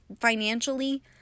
financially